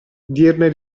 dirne